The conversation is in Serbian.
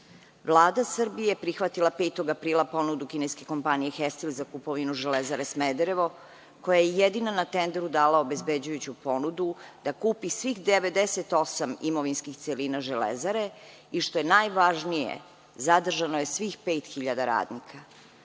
5. aprila prihvatila ponudu kineske kompanije „Hestil“ za kupovinu Železare Smederevo koja je jedina na tenderu dala obezbeđujuću ponudu da kupi svih 98 imovinskih celina Železare i što je najvažnije zadržano je svih 5.000 radnika.